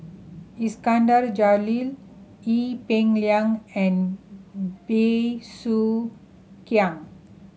Iskandar Jalil Ee Peng Liang and Bey Soo Khiang